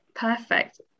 Perfect